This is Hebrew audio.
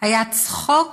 היה צחוק